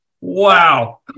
Wow